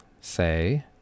say